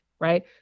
right